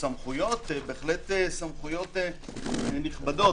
בהחלט סמכויות נכבדות.